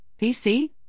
PC